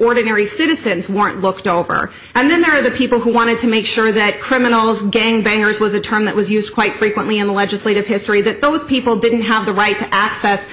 ordinary citizens weren't looked over and then there are the people who wanted to make sure that criminals gang bangers was a term that was used quite frequently in legislative history that those people didn't have the right to access